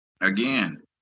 Again